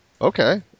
Okay